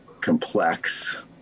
complex